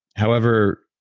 however,